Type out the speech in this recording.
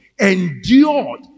endured